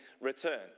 return